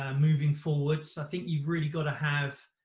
um moving forward, so i think you've really gotta have,